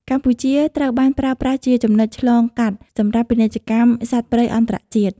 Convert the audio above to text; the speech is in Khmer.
កម្ពុជាត្រូវបានប្រើប្រាស់ជាចំណុចឆ្លងកាត់សម្រាប់ពាណិជ្ជកម្មសត្វព្រៃអន្តរជាតិ។